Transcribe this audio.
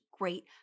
great